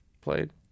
played